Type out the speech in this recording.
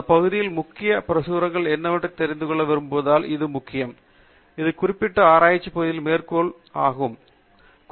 இந்த பகுதியில் முக்கியமான அனைத்து பிரசுரங்களும் என்னவென்று தெரிந்து கொள்ள விரும்புவதால் இது முக்கியம் இந்த குறிப்பிட்ட ஆராய்ச்சி பகுதியில் மேற்கூறிய மேற்கோள் வகுப்புகள் என்ன